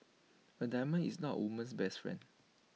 A diamond is not A woman's best friend